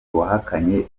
wahakanye